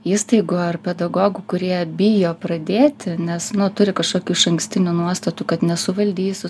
įstaigų ar pedagogų kurie bijo pradėti nes nu turi kažkokių išankstinių nuostatų kad nesuvaldysiu